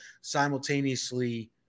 simultaneously